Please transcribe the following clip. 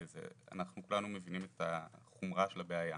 אנחנו כולנו מבינים את החומרה של הבעיה.